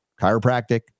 chiropractic